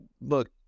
look